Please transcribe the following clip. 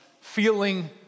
feeling